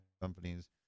companies